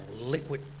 liquid